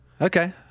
Okay